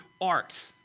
art